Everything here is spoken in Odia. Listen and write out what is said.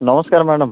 ନମସ୍କାର ମ୍ୟାଡ଼ାମ୍